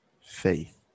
faith